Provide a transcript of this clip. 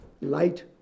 light